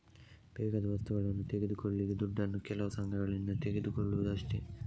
ಬೇಕಾದ ವಸ್ತುಗಳನ್ನ ತೆಗೆದುಕೊಳ್ಳಿಕ್ಕೆ ದುಡ್ಡನ್ನು ಕೆಲವು ಸಂಘಗಳಿಂದ ತಗೊಳ್ಳುದು ಅಷ್ಟೇ